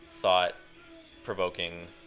thought-provoking